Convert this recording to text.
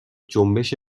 جنبش